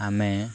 ଆମେ